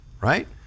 right